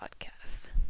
podcast